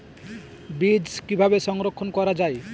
বীজ কিভাবে সংরক্ষণ করা যায়?